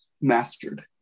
mastered